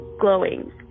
glowing